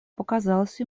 показалась